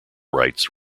rights